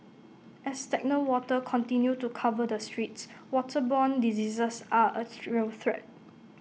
as stagnant water continue to cover the streets waterborne diseases are A real threat